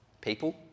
people